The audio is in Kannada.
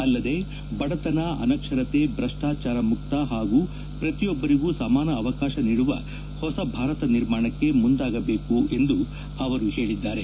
ಅಲ್ಲದೆ ಬಡತನ ಅನಕ್ಷರತೆ ಭ್ರಷ್ಟಾಚಾರ ಮುಕ್ತ ಹಾಗೂ ಪ್ರತಿಯೊಬ್ಬರಿಗೂ ಸಮಾನ ಅವಕಾಶ ನೀಡುವ ಹೊಸ ಭಾರತ ನಿರ್ಮಾಣಕ್ಕೆ ಮುಂದಾಗಬೇಕು ಎಂದಿದ್ದಾರೆ